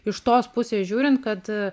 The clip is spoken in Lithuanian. iš tos pusės žiūrint kad